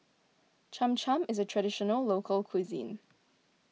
Cham Cham is a Traditional Local Cuisine